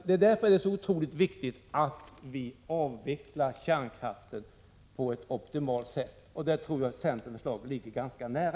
Det är därför det är så otroligt viktigt att vi avvecklar kärnkraften på det optimala sättet. Det tror jag centerns förslag ligger ganska nära.